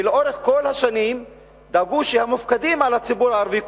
ולאורך כל השנים דאגו שהמופקדים על הציבור הערבי,